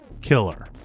killer